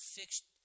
fixed